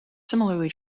similarly